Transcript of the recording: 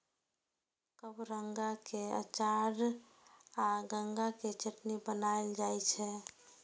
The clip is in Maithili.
कबरंगा के अचार आ गंगा के चटनी बनाएल जाइ छै